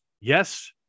Yes